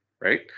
Right